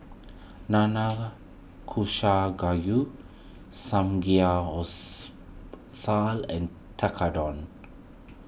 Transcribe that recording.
Nanakusa Gayu and Tekkadon